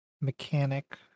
mechanic